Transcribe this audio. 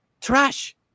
trash